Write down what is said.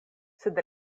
sed